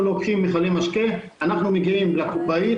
אנחנו לוקחים מכלי משקה ומגיעים לקופאית